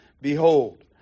Behold